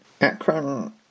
Akron